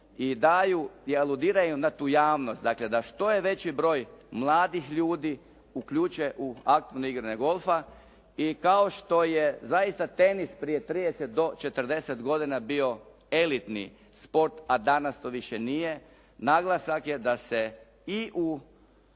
i daju i aludiraju na tu javnost, dakle da što je veći broj mladih ljudi uključe u aktivno igranje golfa i kao što je zaista tenis prije 30 do 40 godina bio elitni sport, a danas to više nije, naglasak je da se i u